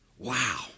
Wow